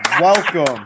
welcome